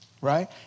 Right